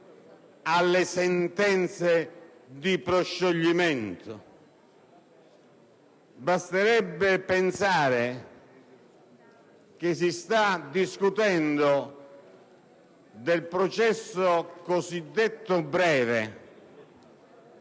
alle sentenze di proscioglimento; basterebbe pensare che si sta discutendo del cosiddetto